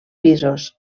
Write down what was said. pisos